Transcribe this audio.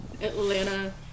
Atlanta